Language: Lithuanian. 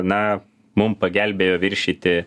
na mum pagelbėjo viršyti